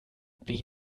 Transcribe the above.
wen